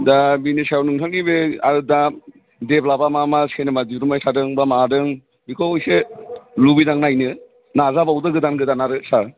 दा बेनि सायाव नोंथांनि बे आलादा देभलाफआ मा मा सेनेमा दिहुनबाय थादों बा मादों बिखौ इसे लुबैदां नायनो नाजाबावदो गोदान गोदान आरो सार